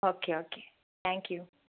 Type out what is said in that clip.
okay okay thank you